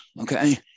okay